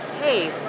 hey